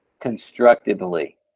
constructively